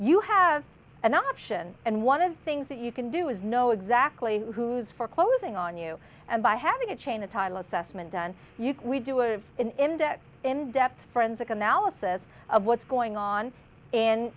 you have an option and one of things that you can do is know exactly who's foreclosing on you and by having a chain of title assessment done you can we do a in depth in depth forensic analysis of what's going on